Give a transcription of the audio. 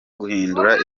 guhindura